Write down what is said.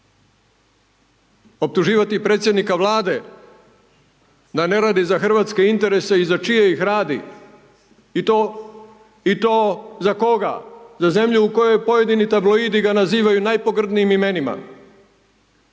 optuživati predsjednika Vlade da ne radi za Hrvatske interese i za čije ih radi, i to za koga, za zemlju u kojoj pojedini tabloidi ga nazivaju najpogrdnijim imenima